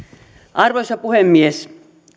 arvoisa puhemies